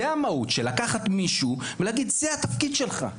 זה המהות של לקחת מישהו ולהגיד 'זה התפקיד שלך,